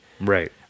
Right